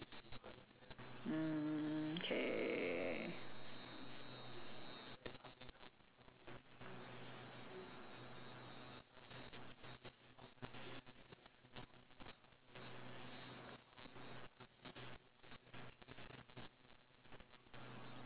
mm K